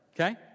okay